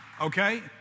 Okay